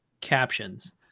captions